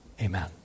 Amen